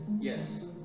Yes